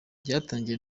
byatangiye